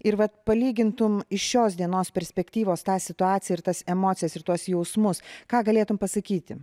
ir vat palygintum iš šios dienos perspektyvos tą situaciją ir tas emocijas ir tuos jausmus ką galėtum pasakyti